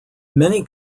many